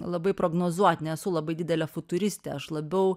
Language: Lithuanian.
labai prognozuot nesu labai didelė futuristė aš labiau